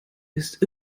ist